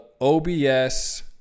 OBS